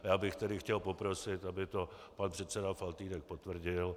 Já bych tedy chtěl poprosit, aby to pan předseda Faltýnek potvrdil.